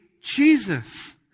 Jesus